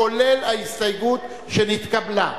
כולל ההסתייגות שנתקבלה.